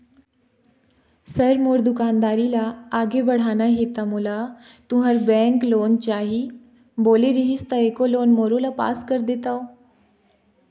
Sir मोर दुकानदारी ला आगे बढ़ाना हे ता मोला तुंहर बैंक लोन चाही बोले रीहिस ता एको लोन मोरोला पास कर देतव?